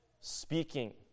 speaking